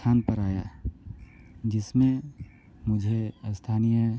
स्थान पर आया जिसमे मुझे स्थानीय